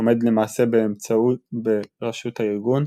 שעומד למעשה בראשות הארגון,